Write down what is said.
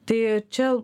tai čia